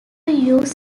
use